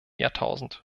jahrtausend